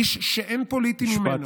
איש שאין פוליטי ממנו.